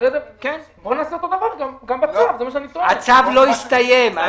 הצו לא הסתיים.